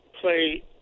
play